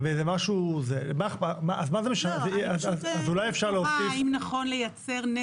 אז אולי אפשר להוסיף --- אני פשוט תוהה האם נכון לייצר נתק,